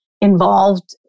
involved